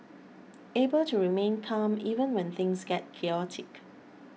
able to remain calm even when things get chaotic